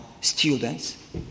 students